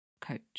coach